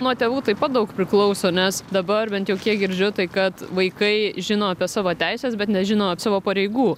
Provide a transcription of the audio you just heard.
nuo tėvų taip pat daug priklauso nes dabar bent jau kiek girdžiu tai kad vaikai žino apie savo teises bet nežino savo pareigų